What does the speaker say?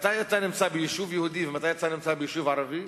מתי אתה נמצא ביישוב יהודי ומתי אתה נמצא ביישוב ערבי?